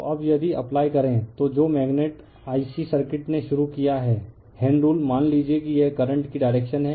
तो अब यदि अप्लाई करें तो जो मेग्नेट Ic सर्किट ने शुरू किया है हैण्ड रूल मान लीजिए कि यह करंट की डायरेक्शन है